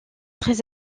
très